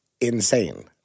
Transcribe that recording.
insane